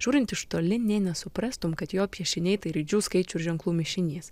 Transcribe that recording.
žiūrint iš toli nė nesuprastum kad jo piešiniai tai raidžių skaičių ženklų mišinys